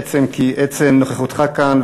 עצם נוכחותך כאן,